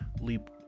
Leap